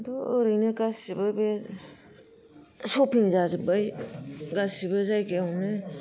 खिन्थु ओरैनो गासिबो बे सफिं जाजोब्बाय गासिबो जायगायावनो